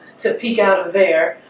to peek out of there,